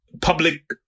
public